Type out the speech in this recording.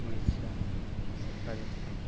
Odisha Rajasthan